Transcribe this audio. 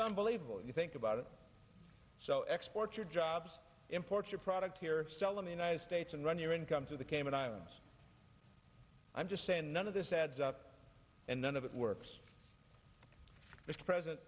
some believe all you think about it so export your jobs import your product here sell in the united states and run your income through the cayman islands i'm just saying none of this adds up and none of it works mr president